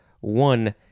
One